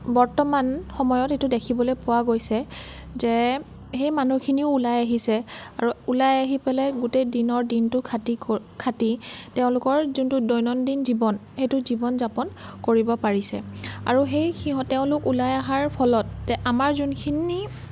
বৰ্তমান সময়ত এইটো দেখিবলৈ পোৱা গৈছে যে সেই মানুহখিনিও ওলাই আহিছে আৰু ওলাই আহি পেলাই গোটেই দিনৰ দিনটো খাটি ক খাটি তেওঁলোকৰ যোনটো দৈনন্দিন জীৱন সেইটো জীৱন যাপন কৰিব পাৰিছে আৰু সেই সিহঁতে তেওঁলোক ওলাই অহাৰ ফলত আমাৰ যোনখিনি